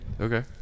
Okay